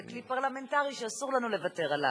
וזה כלי פרלמנטרי שאסור לנו לוותר עליו.